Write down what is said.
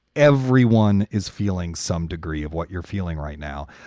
everyone is feeling some degree of what you're feeling right now.